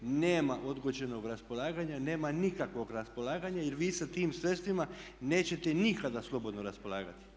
Nema određenog raspolaganja, nema nikakvog raspolaganja jer vi sa tim sredstvima nećete nikada slobodno raspolagati.